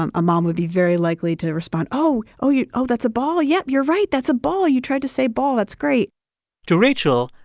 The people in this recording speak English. um a mom would be very likely to respond oh, you oh, that's a ball. yeah, you're right. that's a ball. you tried to say ball. that's great to rachel,